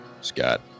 Scott